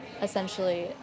essentially